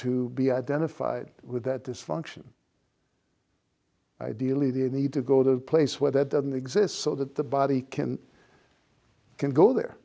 to be identified with that dysfunction ideally they need to go to a place where that doesn't exist so that the body can can go there